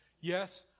yes